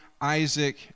Isaac